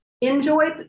enjoy